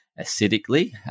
acidically